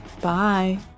Bye